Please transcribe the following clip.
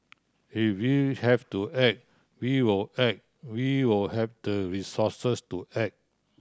if we have to act we will act we will have the resources to act